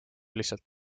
lihtsalt